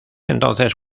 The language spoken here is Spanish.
entonces